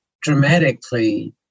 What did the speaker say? dramatically